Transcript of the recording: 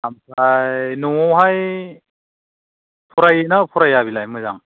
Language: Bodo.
ओमफ्राय न'आवहाय फरायोना फराया बिलाय मोजां